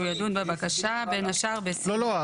שהוא ידון בבקשה בין השאר --- לא לא,